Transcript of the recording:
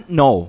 no